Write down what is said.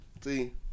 see